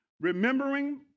remembering